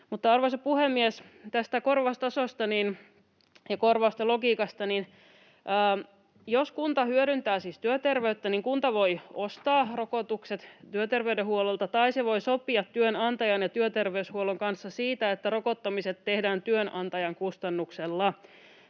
Arvoisa puhemies! Tästä korvaustasosta ja korvausten logiikasta: Jos kunta hyödyntää siis työterveyttä, niin kunta voi ostaa rokotukset työterveyshuollolta tai se voi sopia työnantajan ja työterveyshuollon kanssa siitä, että rokottamiset tehdään työnantajan kustannuksella.